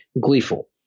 gleeful